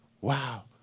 wow